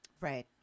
Right